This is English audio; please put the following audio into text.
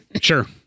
Sure